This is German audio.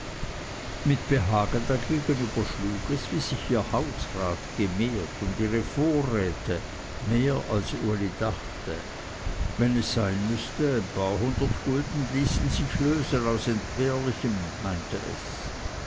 mit behagen dagegen überschlug es wie sich ihr hausrat gemehrt und ihre vorräte mehr als uli dachte wenn es sein müßte ein paar hundert gulden ließen sich lösen aus entbehrlichem meinte es